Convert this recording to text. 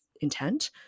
intent